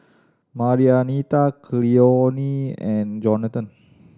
Marianita Cleone and Jonathan